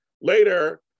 Later